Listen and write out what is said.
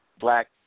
black